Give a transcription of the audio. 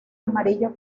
amarillo